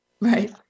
Right